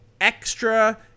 extra